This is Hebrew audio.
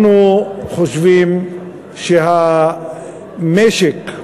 אנחנו חושבים שהמשק,